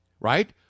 right